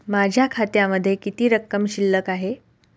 माझ्या खात्यामध्ये किती रक्कम शिल्लक आहे?